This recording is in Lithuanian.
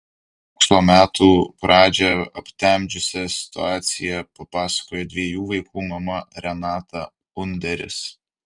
mokslo metų pradžią aptemdžiusią situaciją papasakojo dviejų vaikų mama renata underis